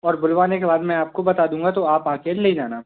और बुलवाने के बाद मैं आपको बता दूँगा तो आप आ कर ले जाना